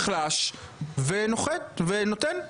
מי שרוצה בקשה מסודרת, מגיש בקשה מסודרת.